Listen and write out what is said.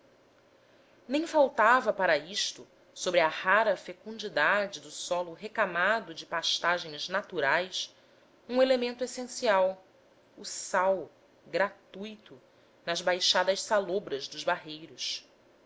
nem faltava para isto sobre a rara fecundidade do solo recamado de pastagens naturais um elemento essencial o sal gratuito nas baixadas salobras dos barreiros